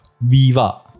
Viva